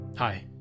Hi